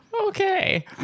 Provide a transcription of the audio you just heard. Okay